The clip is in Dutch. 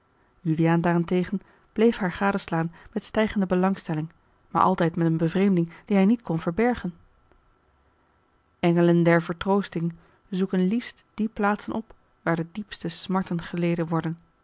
juliaan daarentegen bleef haar gadeslaan met stijgende belangstelling maar altijd met eene bevreemding die hij niet kon verbergen a l g bosboom-toussaint de delftsche wonderdokter eel ngelen der vertroosting zoeken liefst die plaatsen op waar de diepste smarten geleden worden